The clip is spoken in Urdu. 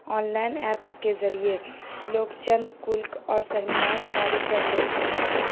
آن لائن ایپس کے ذریعے لوگ چند کلک اور سرمیائی کاری کر لیتے ہیں